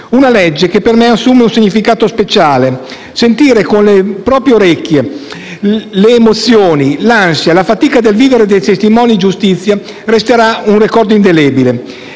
una legge che per me assumerà un significato speciale: sentire con le proprie orecchie le emozioni, l'ansia e la fatica del vivere dei testimoni di giustizia resterà un ricordo indelebile.